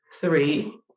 Three